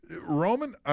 Roman